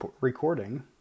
recording